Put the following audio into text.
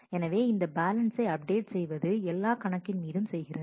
எனவே இந்த பேலன்சை அப்டேட் செய்வது எல்லா கணக்கின் மீதும் செய்கிறது